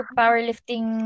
powerlifting